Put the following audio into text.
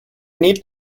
need